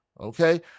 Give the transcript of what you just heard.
okay